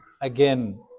again